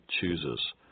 chooses